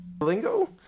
Lingo